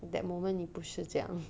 that moment 你不是这样